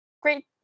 great